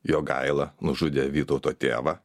jogaila nužudė vytauto tėvą